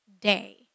day